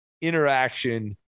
interaction